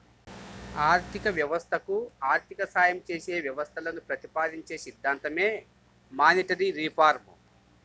ఆర్థిక వ్యవస్థకు ఆర్థిక సాయం చేసే వ్యవస్థలను ప్రతిపాదించే సిద్ధాంతమే మానిటరీ రిఫార్మ్